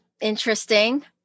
Interesting